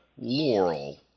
Laurel